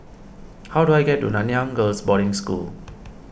how do I get to Nanyang Girls' Boarding School